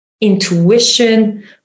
intuition